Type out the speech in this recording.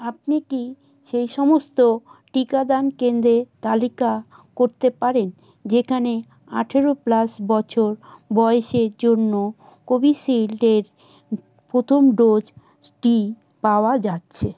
আপনি কি সেই সমস্ত টিকাদান কেন্দ্রের তালিকা করতে পারেন যেখানে আঠারো প্লাস বছর বয়সের জন্য কোভিশিল্ডের প্রথম ডোজটি পাওয়া যাচ্ছে